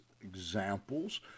examples